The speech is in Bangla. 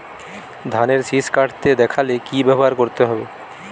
ধানের শিষ কাটতে দেখালে কি ব্যবহার করতে হয়?